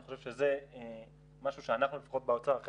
אני חושב שזה משהו שאנחנו לפחות באוצר אחרי